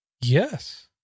Yes